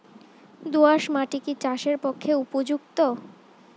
দোআঁশ মাটি কি চাষের পক্ষে উপযুক্ত?